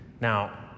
Now